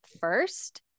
first